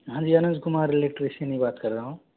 हाँ जी अनुज कुमार इलेक्ट्रिशियन ही बात कर रहा हूँ